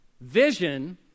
Vision